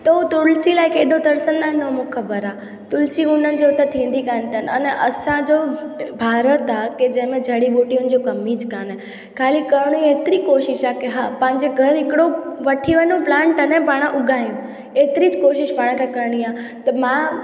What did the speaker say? त हू तुलसी लाइ केॾो तरसंदा आहिनि उहो मूंखे ख़बरु आहे तुलसी हुन जे हुतां थींदी कान अथनि अने असांजो भारत आहे की जंहिंमें जड़ी ॿूटियुनि जो कमीज कान्हे ख़ाली करिणी हेतिरी कोशिशि आहे की हा पंहिंजे घरु हिकिड़ो वठी वञो प्लांट अने पाण उगायूं एतिरी कोशिशि पाण खे करिणी आहे त मां